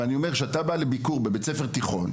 אבל אז כשאתה בא לבקר באותו בית ספר תיכון,